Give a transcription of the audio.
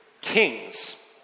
kings